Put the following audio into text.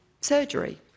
Surgery